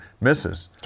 Misses